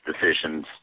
decisions